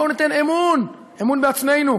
בואו ניתן אמון: אמון בעצמנו,